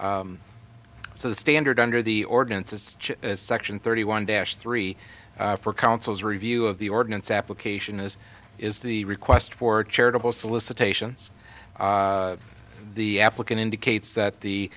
so the standard under the ordinance is section thirty one dash three for counsel's review of the ordinance application as is the request for charitable solicitations the applicant indicates that